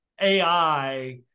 AI